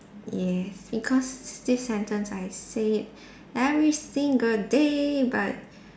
yes because this sentence I say every single day but